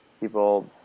People